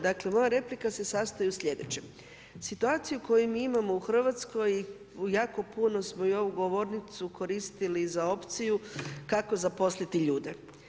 Dakle, moja replika se sastoji od slijedećeg: situaciju koju mi imamo u RH, jako puno smo i ovu govornicu koristili za opciju kako zaposliti ljude.